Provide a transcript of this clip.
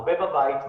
הרבה בבית,